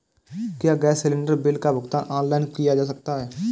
क्या gas cylinder bill का भुगतान ऑनलाइन किया जा सकता है?